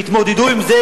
והתמודדו עם זה,